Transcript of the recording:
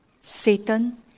Satan